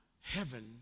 heaven